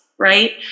Right